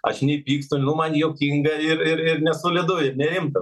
aš nepykstu nu man juokinga ir ir ir nesolidu ir nerimta